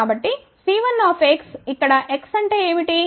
కాబట్టి C1x ఇక్కడ x అంటే ఏమిటి